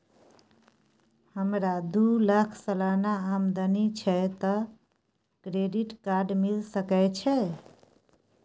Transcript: हमरा दू लाख सालाना आमदनी छै त क्रेडिट कार्ड मिल सके छै?